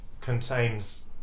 contains